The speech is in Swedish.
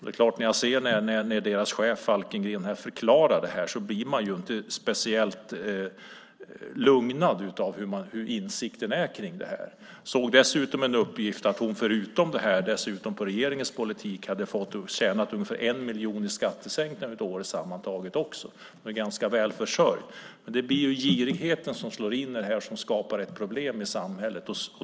Det är klart att när man hör deras chef Falkengren förklara sig blir man inte speciellt lugnad när det gäller hur insikten är kring det här. Jag såg dessutom en uppgift om att hon, förutom det som diskuteras, genom regeringens politik hade tjänat ungefär 1 miljon i skattesänkningar sammantaget under året. Hon är ganska väl försörjd. Det är ju den girighet som slår till här som skapar ett problem i samhället.